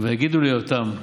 "ויגידו ליותם"